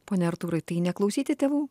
pone artūrai tai neklausyti tėvų